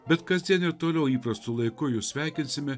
bet kasdien ir toliau įprastu laiku jus sveikinsime